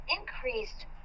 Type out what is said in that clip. increased